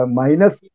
minus